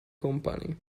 company